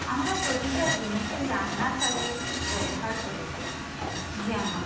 আমরা প্রতিটা জিনিসই রান্নার কাজে ব্যবহার করে থাকি যেমন